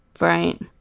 right